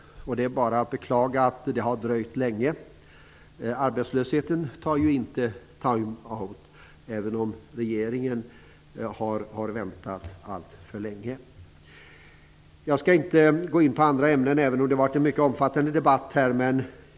Det är bara att beklaga att det har dröjt länge. Arbetslösheten tar ju inte time out, även om regeringen har väntat alltför länge. Jag skall inte gå in på andra ämnen även om det har varit en mycket omfattande debatt.